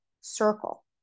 circle